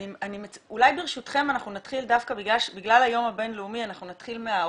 אולי ברשותכם אנחנו נתחיל דווקא בגלל שזה היום הבינלאומי מהאורחות